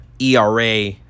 ERA